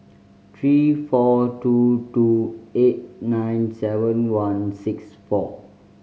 three four two two eight nine seven one six four